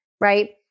right